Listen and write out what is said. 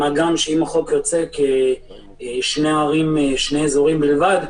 מה גם שאם החוק ירצה שני אזורים בלבד,